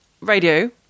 radio